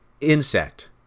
insect